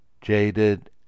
Jaded